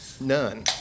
None